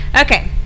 Okay